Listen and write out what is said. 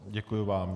Děkuji vám.